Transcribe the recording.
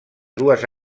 dues